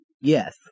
yes